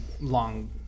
long